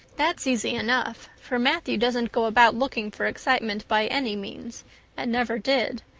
that's easy enough, for matthew doesn't go about looking for excitement by any means and never did,